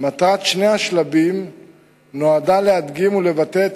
מטרת שני השלבים היא להדגים ולבטא את